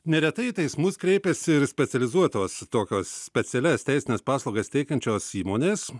neretai į teismus kreipiasi ir specializuotos tokios specialias teisines paslaugas teikiančios įmonės